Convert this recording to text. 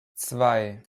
zwei